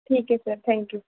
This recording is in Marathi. ठीके सर थँक्यू